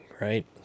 right